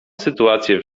sytuacje